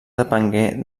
depengué